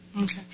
Okay